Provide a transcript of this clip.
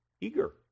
eager